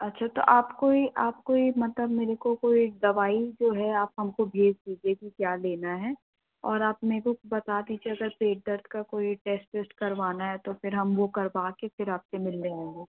अच्छा तो आप कोई आप कोई मतलब मेरे को कोई दवाई जो है आप हमको भेज दीजिए कि क्या लेना है और आप मेरे को बता दीजिए अगर पेट दर्द का कोई टेस्ट वेस्ट करवाना है तो फिर हम वो करवा कर फिर आपसे मिलने आएंगे